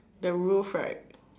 the roof right